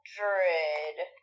hundred